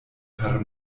per